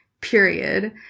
period